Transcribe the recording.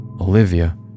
Olivia